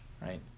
right